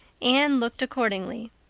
anne looked accordingly.